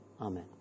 Amen